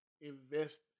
invest